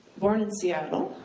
born in seattle?